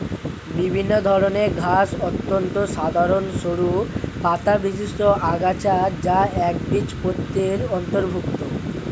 বিভিন্ন ধরনের ঘাস অত্যন্ত সাধারণ সরু পাতাবিশিষ্ট আগাছা যা একবীজপত্রীর অন্তর্ভুক্ত